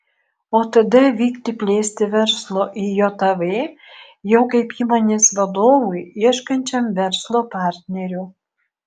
o tada vykti plėsti verslo į jav jau kaip įmonės vadovui ieškančiam verslo partnerių